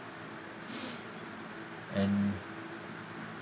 and